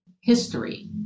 history